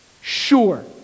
Sure